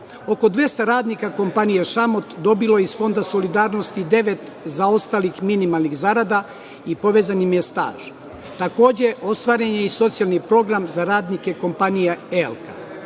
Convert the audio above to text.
Oko 200 radnika kompanije „Šamut“ dobilo je iz fonda solidarnosti devet zaostalih minimalnih zarada i povezan im je staž. Takođe, ostvaren je i socijalni program za radnike kompanije